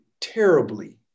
terribly